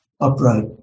upright